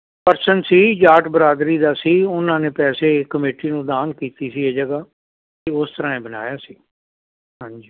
person ਸੀ ਜਾਟ ਬਰਾਦਰੀ ਦਾ ਸੀ ਉਹਨਾਂ ਨੇ ਪੈਸੇ ਕਮੇਟੀ ਨੂੰ ਦਾਨ ਕੀਤੀ ਸੀ ਇਹ ਜਗ੍ਹਾ 'ਤੇ ਉਸ ਤਰ੍ਹਾਂ ਹੀ ਬਣਾਇਆ ਸੀ ਹਾਂਜੀ